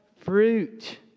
fruit